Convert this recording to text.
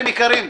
חברים יקרים,